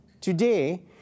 today